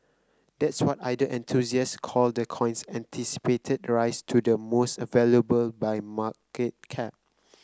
that's what ether enthusiasts call the coin's anticipated rise to the most valuable by market cap